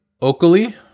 Oakley